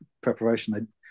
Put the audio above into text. preparation